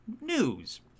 news